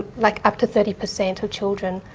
like up to thirty percent of children.